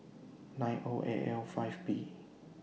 nine O A L five B